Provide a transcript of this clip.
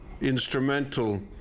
instrumental